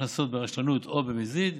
הכנסות ברשלנות או במזיד,